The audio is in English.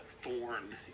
thorn